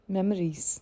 Memories